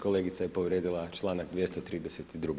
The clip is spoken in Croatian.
Kolegica je povrijedila članak 232.